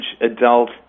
adult